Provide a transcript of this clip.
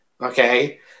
okay